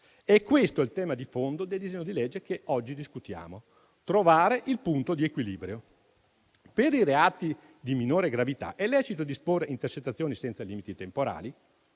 È questo il tema di fondo del disegno di legge oggi in discussione: trovare il punto di equilibrio. Per i reati di minore gravità è lecito disporre intercettazioni senza limiti temporali?